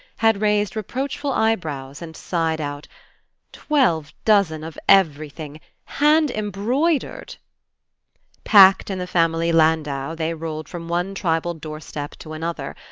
had raised reproachful eye-brows and sighed out twelve dozen of everything hand-embroidered packed in the family landau they rolled from one tribal doorstep to another,